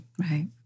right